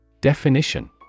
Definition